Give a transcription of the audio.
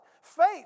Faith